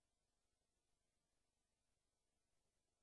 נאום לאו"ם, הבנתי.